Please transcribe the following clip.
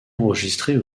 enregistrées